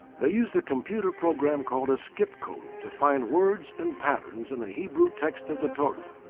they used a computer program called, a skip code, to find words and patterns in the hebrew text of the torah.